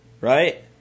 right